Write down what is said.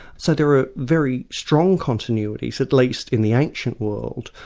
so there were very strong continuities at least in the ancient world,